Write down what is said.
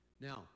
Now